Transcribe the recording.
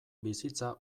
bizitza